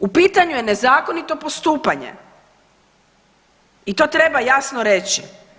U pitanju je nezakonito postupanje i to treba jasno reći.